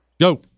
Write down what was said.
Go